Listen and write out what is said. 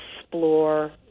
explore